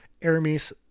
Aramis